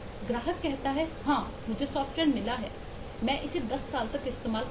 ग्राहक कहता है हां मुझे सॉफ्टवेयर मिला है मैं इसे 10 साल तक इस्तेमाल करूंगा